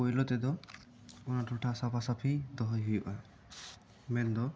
ᱯᱩᱭᱞᱩ ᱛᱮᱫᱚ ᱚᱱᱟ ᱴᱚᱴᱷᱟ ᱥᱟᱯᱷᱟ ᱥᱟᱹᱯᱷᱤ ᱫᱚᱦᱚᱭ ᱦᱩᱭᱩ ᱟ ᱢᱮᱱ ᱫᱚ